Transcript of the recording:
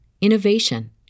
innovation